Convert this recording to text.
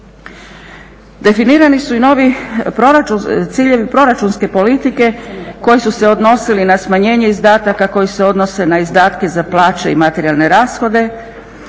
Definirani su i novi ciljevi proračunske politike koji su se odnosili na smanjenje izdataka koji se odnose na izdatke za plaće i materijalne rashode,